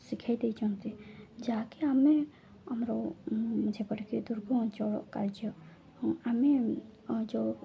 ଶିଖାଇ ଦେଇଛନ୍ତି ଯାହାକି ଆମେ ଆମର ଯେପଟିକି ଦୁର୍ଗ ଅଞ୍ଚଳ କାର୍ଯ୍ୟ ଆମେ ଯେଉଁ